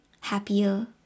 happier